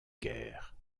guerre